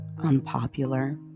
unpopular